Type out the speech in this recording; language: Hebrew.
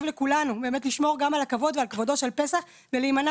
לכולנו לשמור גם על הכבוד ועל כבודו של פסח ולהימנע